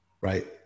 Right